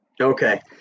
Okay